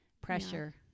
pressure